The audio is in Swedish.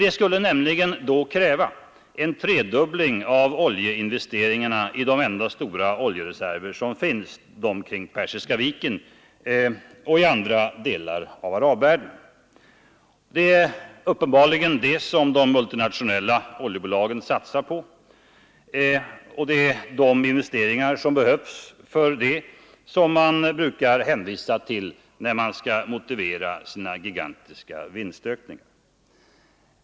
Det skulle nämligen kräva en tredubbling av oljeutvinningen i de enda stora, oljereserver som finns, de kring Persiska viken och i andra delar av arabvärlden. Det är uppenbarligen detta som de multinationella oljebolagen satsar på. Det är de investeringar som behövs för denna ökning av exploateringen som de hänvisar till när de motiverar sina gigantiska vinstökningar.